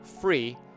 free